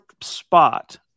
spot